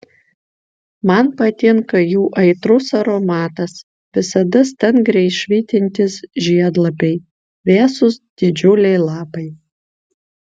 man patinka jų aitrus aromatas visada stangriai švytintys žiedlapiai vėsūs didžiuliai lapai